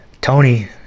tony